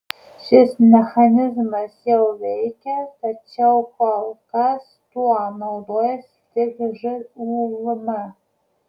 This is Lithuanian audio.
šis mechanizmas jau veikia tačiau kol kas tuo naudojasi tik žūm